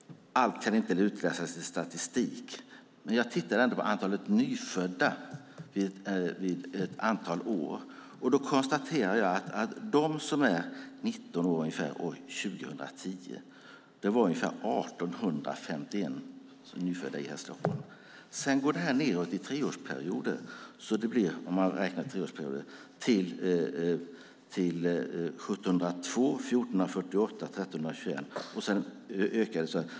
Allt kan inte utläsas i statistik. Men jag tittade ändå på antalet nyfödda ett antal år. Då konstaterade jag att antalet 19-åringar år 2010 var 1 851. Sedan går detta nedåt i treårsperioder - 1 702, 1 448 och 1 321.